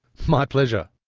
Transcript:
my pleasure.